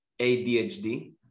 ADHD